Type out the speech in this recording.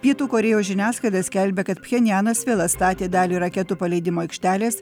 pietų korėjos žiniasklaida skelbia kad pchenjanas vėl atstatė dalį raketų paleidimo aikštelės